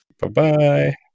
Bye-bye